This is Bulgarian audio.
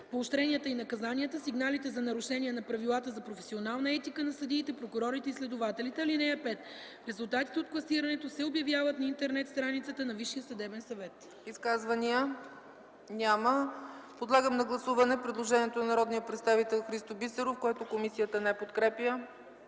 поощренията и наказанията, сигналите за нарушение на правилата за професионална етика на съдиите, прокурорите и следователите. (5) Резултатите от класирането се обявяват на интернет страницата на Висшия съдебен съвет.” ПРЕДСЕДАТЕЛ ЦЕЦКА ЦАЧЕВА: Изказвания? Няма. Подлагам на гласуване предложението на народния представител Христо Бисеров, което комисията не подкрепя.